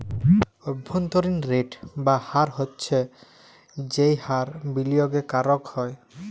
অব্ভন্তরীন রেট বা হার হচ্ছ যেই হার বিলিয়গে করাক হ্যয়